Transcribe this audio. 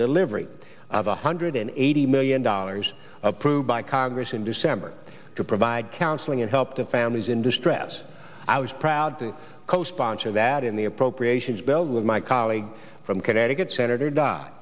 delivery of a hundred and eighty million dollars approved by congress in december to provide counseling and help to families in distress i was proud to co sponsor that in the appropriations bill with my colleague from connecticut senator d